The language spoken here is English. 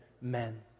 men